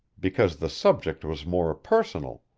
because the subject was more personal.